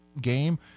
game